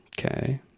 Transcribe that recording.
Okay